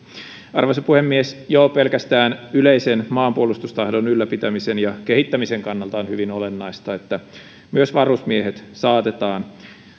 arvoisa puhemies jo pelkästään yleisen maanpuolustustahdon ylläpitämisen ja kehittämisen kannalta on hyvin olennaista että myös varusmiehet saatetaan